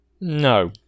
No